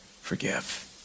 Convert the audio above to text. forgive